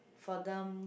for them